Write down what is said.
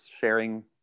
sharing